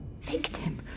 Victim